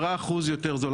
10% יותר זול.